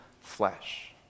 flesh